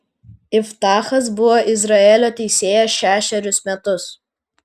iftachas buvo izraelio teisėjas šešerius metus